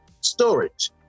storage